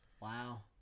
wow